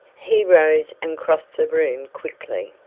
he rose and crossed the room quickly.